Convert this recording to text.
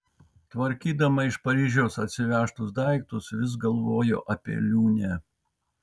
tvarkydama iš paryžiaus atsivežtus daiktus vis galvojo apie liūnę